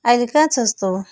अहिले कहाँ छस् तँ